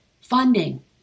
funding